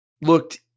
looked